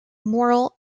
moral